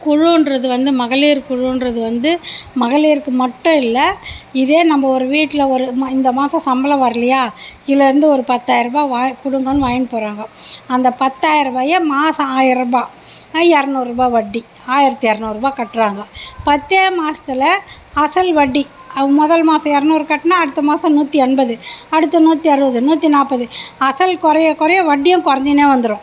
குழுன்றது வந்து மகளிர் குழுன்றது வந்து மகளிருக்கு மட்டும் இல்லை இதே நம்ம ஒரு வீட்டில் ஒரு இந்த மாதம் சம்பளம் வரலையா இதுலேருந்து ஒரு பத்தாயரரூபா குடுங்கன்னு வாங்கிட்டு போகிறாங்க அந்த பத்தாயரரூபாயை மாதம் ஆயரரூபா எரநூறுபா வட்டி ஆயிரத்தி எரநூறுபா கட்டுறாங்க பத்தே மாசத்தில் அசல் வட்டி முதல் மாதம் எரநூறு கட்டினா அடுத்த மாதம் நூற்றி எண்பது அடுத்து நூற்றி அறுபது நூற்றி நாற்பது அசல் குறைய குறைய வட்டியும் கொறைஞ்சினே வந்துடும்